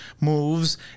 moves